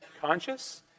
conscious